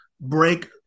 break